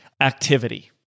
activity